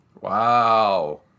Wow